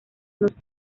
nos